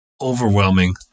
overwhelming